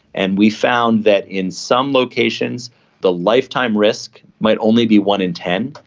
and we found that in some locations the lifetime risk might only be one in ten,